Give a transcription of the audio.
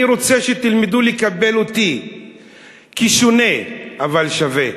אני רוצה שתלמדו לקבל אותי כשונה, אבל שווה.